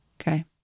Okay